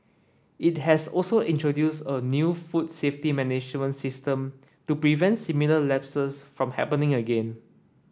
it has also introduced a new food safety management system to prevent similar lapses from happening again